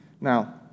Now